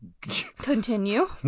Continue